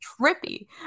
trippy